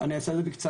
אני אעשה את זה בקצרה.